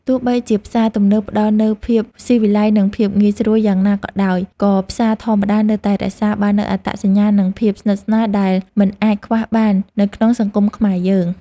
ទោះបីជាផ្សារទំនើបផ្ដល់នូវភាពស៊ីវិល័យនិងភាពងាយស្រួលយ៉ាងណាក៏ដោយ ក៏ផ្សារធម្មតានៅតែរក្សាបាននូវអត្តសញ្ញាណនិងភាពស្និទ្ធស្នាលដែលមិនអាចខ្វះបាននៅក្នុងសង្គមខ្មែរយើង។